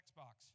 Xbox